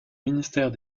ministère